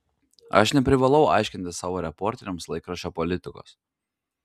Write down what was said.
aš neprivalau aiškinti savo reporteriams laikraščio politikos